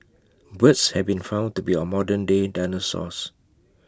birds have been found to be our modernday dinosaurs